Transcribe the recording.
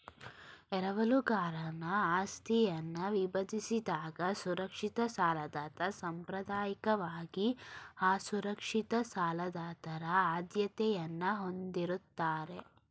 ಎರವಲುಗಾರನ ಆಸ್ತಿಯನ್ನ ವಿಭಜಿಸಿದಾಗ ಸುರಕ್ಷಿತ ಸಾಲದಾತ ಸಾಂಪ್ರದಾಯಿಕವಾಗಿ ಅಸುರಕ್ಷಿತ ಸಾಲದಾತರ ಆದ್ಯತೆಯನ್ನ ಹೊಂದಿರುತ್ತಾರೆ